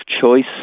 choice